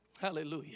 Hallelujah